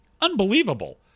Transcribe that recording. Unbelievable